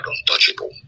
untouchable